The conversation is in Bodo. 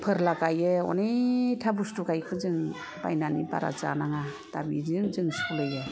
फोर्ला गाइयो अनेकथा बुस्थु गाइयो जों बायनानै बारा जानाङा दा बिदिजों जों सलियो